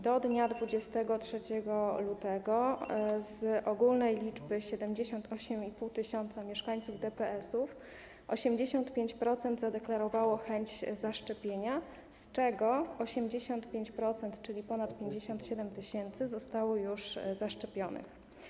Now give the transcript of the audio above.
Do dnia 23 lutego z ogólnej liczby 78,5 tys. mieszkańców DPS-ów 85% zadeklarowało chęć zaszczepienia, z czego 85%, czyli ponad 57 tys., zostało już zaszczepionych.